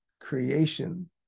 creation